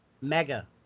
mega